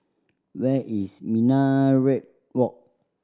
where is Minaret Walk